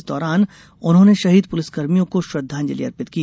इस दौरान उन्होंने शहीद पुलिसकर्मियों को श्रद्धांजलि अर्पित की